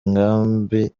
inkambi